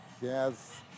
Yes